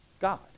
God